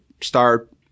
start